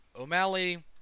O'Malley